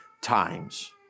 times